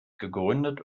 gegründet